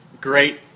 great